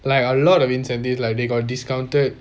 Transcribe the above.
like a lot of incentive lah they got discounted